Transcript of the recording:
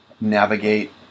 navigate